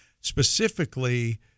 specifically